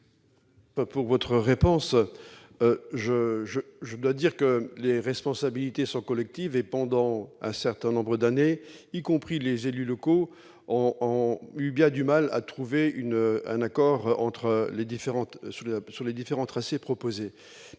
pour répondre à Mme la ministre. Les responsabilités sont collectives. Pendant un certain nombre d'années, même les élus locaux ont eu bien du mal à trouver un accord sur les différents tracés proposés.